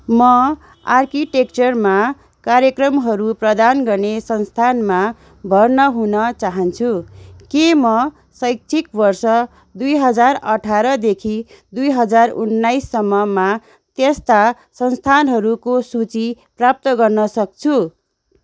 म आर्किटेक्चरमा कार्यक्रमहरू प्रदान गर्ने संस्थानमा भर्ना हुन चाहन्छु के म शैक्षिक वर्ष दुई हजार अठारदेखि दुई हजार उन्नाइससम्ममा त्यस्ता संस्थानहरूको सूची प्राप्त गर्न सक्छु